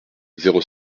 zéro